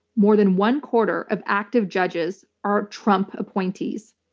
more than one-quarter of active judges are trump appointees.